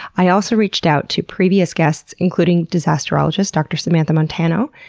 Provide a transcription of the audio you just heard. i also reached out to previous guests, including disasterologist dr. samantha montano.